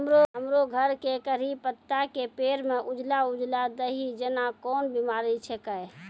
हमरो घर के कढ़ी पत्ता के पेड़ म उजला उजला दही जेना कोन बिमारी छेकै?